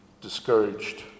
discouraged